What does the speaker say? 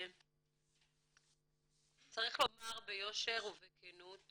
צריך לומר ביושר ובכנות